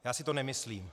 Já si to nemyslím.